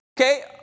Okay